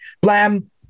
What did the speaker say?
blam